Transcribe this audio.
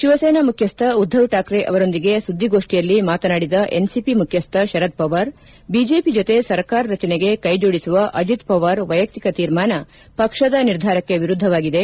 ಶಿವಸೇನಾ ಮುಖ್ಯಸ್ವ ಉದ್ದವ್ ಠಾಕ್ರೆ ಅವರೊಂದಿಗೆ ಸುದ್ದಿಗೋಷ್ಠಿಯಲ್ಲಿ ಮಾತನಾಡಿದ ಎನ್ಸಿಪಿ ಮುಖ್ಯಸ್ವ ಶರದ್ ಪವಾರ್ ಬಿಜೆಪಿ ಜೊತೆ ಸರ್ಕಾರ ರಚನೆಗೆ ಕೈಜೋಡಿಸುವ ಅಜಿತ್ ಪವಾರ್ ವೈಯುಕ್ತಿಕ ತೀರ್ಮಾನ ಪಕ್ಷದ ನಿರ್ಧಾರಕ್ಕೆ ವಿರುದ್ಧವಾಗಿದೆ